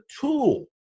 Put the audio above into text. tool